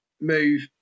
move